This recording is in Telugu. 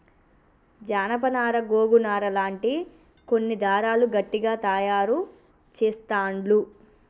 జానప నారా గోగు నారా లాంటి కొన్ని దారాలు గట్టిగ తాయారు చెస్తాండ్లు